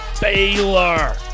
Baylor